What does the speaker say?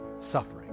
suffering